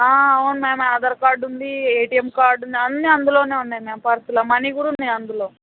అవును ma'am Aadhaar card ఉంది ATM card ఉంది అన్నీ అందులో ఉన్నాయి మ్యామ్ పర్స్లో మనీ కూడా ఉన్నాయి అందులో